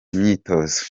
imyitozo